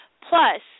plus